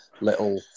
little